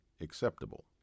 acceptable